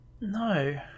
No